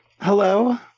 Hello